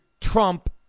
Trump